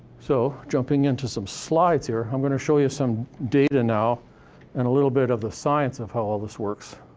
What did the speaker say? so jumping into some slides here, i'm gonna show you some data now and a little bit of the science of how all this works.